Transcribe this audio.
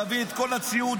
להביא את כל הציוד,